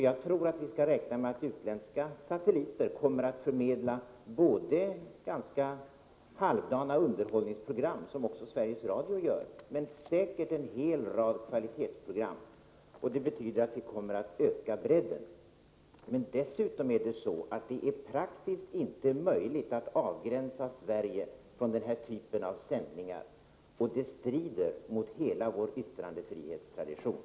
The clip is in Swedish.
Jag tror att vi skall räkna med att utländska satelliter kommer att förmedla halvdana underhållningsprogram -— vilket även Sveriges Radio gör — men säkert också en hel rad kvalitetsprogram. Det betyder att vi kommer att öka bredden. Dessutom är det inte praktiskt möjligt att avgränsa Sverige från denna typ av sändningar. Det strider mot hela vår yttrandefrihetstradition.